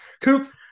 Coop